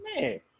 man